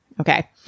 Okay